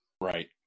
Right